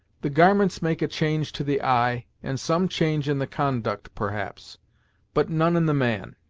the garments make a change to the eye, and some change in the conduct, perhaps but none in the man.